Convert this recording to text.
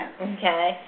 Okay